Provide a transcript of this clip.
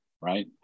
right